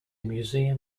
museum